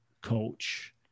coach